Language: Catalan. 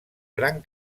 gran